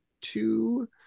two